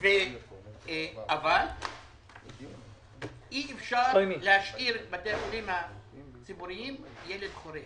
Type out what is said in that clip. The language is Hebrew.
אבל אי-אפשר להשאיר את בתי החולים הציבוריים ילד חורג.